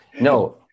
No